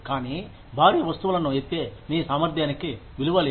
కానీ భారీ వస్తువులను ఎత్తే మీ సామర్ధ్యానికి విలువ లేదు